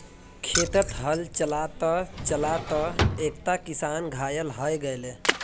खेतत हल चला त चला त एकता किसान घायल हय गेले